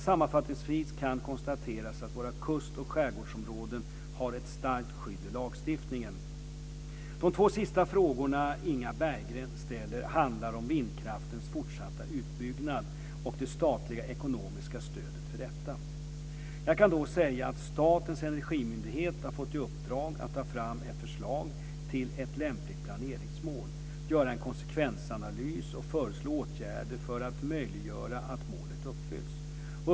Sammanfattningsvis kan konstateras att våra kust och skärgårdsområden har ett starkt skydd i lagstiftningen. De två sista frågorna Inga Berggren ställer handlar om vindkraftens fortsatta utbyggnad och det statliga ekonomiska stödet för detta. Jag kan då säga att Statens energimyndighet har fått i uppdrag att ta fram ett förslag till ett lämpligt planeringsmål, göra en konsekvensanalys och föreslå åtgärder för att möjliggöra att målet uppfylls.